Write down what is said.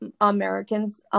Americans